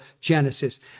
Genesis